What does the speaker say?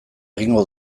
egingo